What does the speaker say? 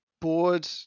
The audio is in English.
board